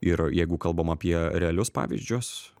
ir jeigu kalbam apie realius pavyzdžius